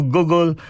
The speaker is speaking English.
Google